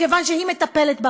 מכיוון שהיא מטפלת בה.